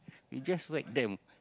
we just whack them